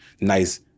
nice